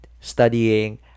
studying